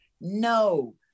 No